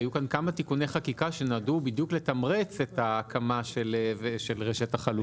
היו כמה תיקוני חקיקה שנועדו בדיוק לתמרץ את ההקמה של רשת החלוקה.